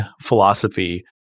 philosophy